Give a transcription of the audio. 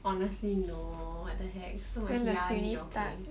honestly no what the heck so much 压力 sia